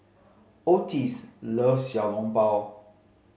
Ottis love Xiao Long Bao